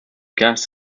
gas